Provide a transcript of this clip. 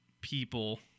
people